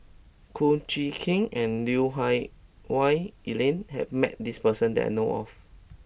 Kum Chee Kin and Lui Hah Wah Elena has met this person that I know of